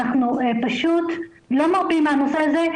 אנחנו פשוט לא מרפים מהנושא הזה,